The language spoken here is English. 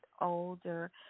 older